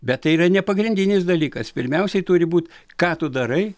bet tai yra ne pagrindinis dalykas pirmiausiai turi būt ką tu darai